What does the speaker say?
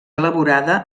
elaborada